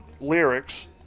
lyrics